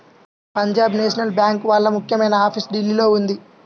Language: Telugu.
పంజాబ్ నేషనల్ బ్యేంకు వాళ్ళ ముఖ్యమైన ఆఫీసు ఢిల్లీలో ఉంది